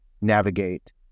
navigate